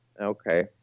Okay